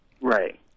Right